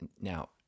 Now